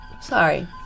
Sorry